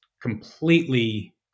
completely